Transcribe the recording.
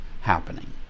happening